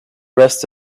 rest